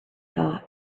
thought